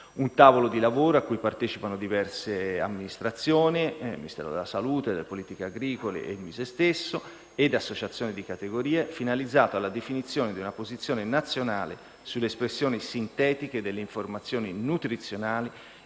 un tavolo di lavoro a cui partecipano diverse amministrazioni, il Ministero della salute, il Ministero delle politiche agricole, il MISE stesso ed associazioni di categoria, finalizzato alla definizione di una posizione nazionale sulle espressioni sintetiche delle informazioni nutrizionali